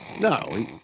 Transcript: No